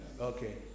Okay